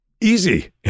easy